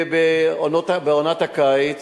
ובעונת הקיץ,